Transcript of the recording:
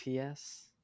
PS